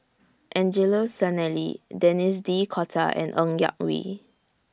Angelo Sanelli Denis D'Cotta and Ng Yak Whee